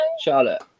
Charlotte